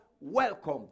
welcome